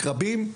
רבים,